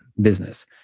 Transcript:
business